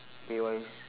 pay-wise